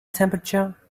temperature